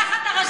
תחת הרשות?